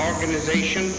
organization